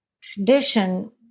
tradition